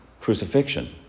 crucifixion